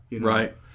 Right